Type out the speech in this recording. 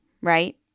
right